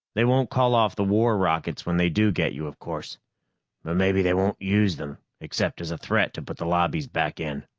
they won't call off the war rockets when they do get you, of course. but maybe they won't use them, except as a threat to put the lobbies back in,